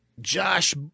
Josh